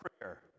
prayer